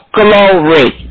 glory